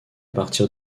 partir